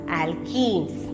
alkenes